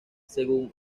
según